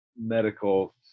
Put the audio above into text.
medical